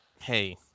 Hey